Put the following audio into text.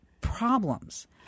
problems